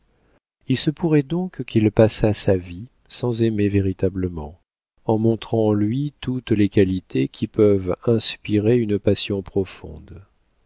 il se pourrait donc qu'il passât sa vie sans aimer véritablement en montrant en lui toutes les qualités qui peuvent inspirer une passion profonde